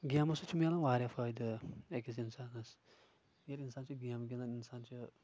گیمو سۭتۍ چھِ مِلان واریاہ فٲیدٕ أکِس انسانس ییٚلہِ انسان چھُ گیم گِنٛدان انسان چھُ